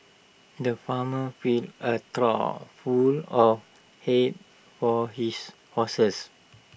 the farmer filled A trough full of hay for his horses